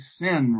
sin